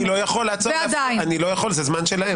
אני לא יכול לפגוע בזכות של מנמק הסתייגויות לדבר.